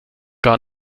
gar